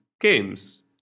games